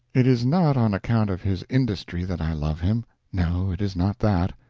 it is not on account of his industry that i love him no, it is not that.